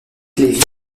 lévy